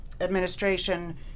Administration